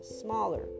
smaller